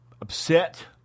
upset